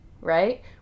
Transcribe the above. right